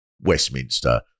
westminster